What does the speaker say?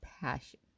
passion